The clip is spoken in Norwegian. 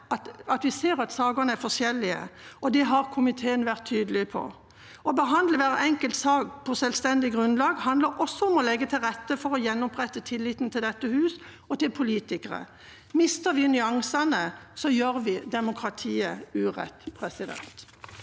vi ser at sakene er forskjellige, og det har komiteen vært tydelig på. Å behandle hver enkelt sak på selvstendig grunnlag handler også om å legge til rette for å gjenopprette tilliten til dette huset og til politikere. Mister vi nyansene, gjør vi demokratiet urett. Frode